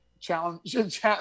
Challenge